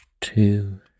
Two